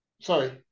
Sorry